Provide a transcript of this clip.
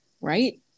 right